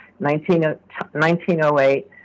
1908